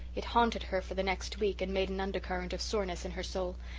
it haunted her for the next week and made an undercurrent of soreness in her soul,